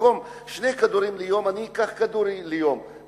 במקום שני כדורים ליום אקח כדור ליום,